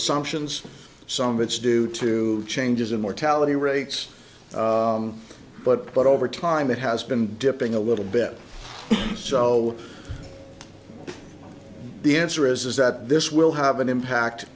assumptions some of it's due to changes in mortality rates but over time it has been dipping a little bit so the answer is is that this will have an impact